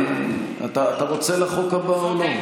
אתה רוצה לחוק הבא או לא?